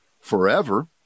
forever